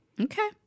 Okay